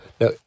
Now